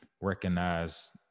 recognize